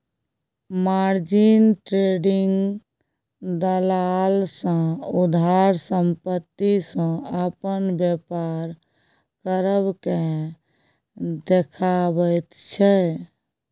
margin trading दलाल सँ उधार संपत्ति सँ अपन बेपार करब केँ देखाबैत छै